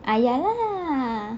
ah ya lah